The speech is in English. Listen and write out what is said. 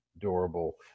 durable